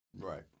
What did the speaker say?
Right